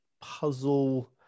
puzzle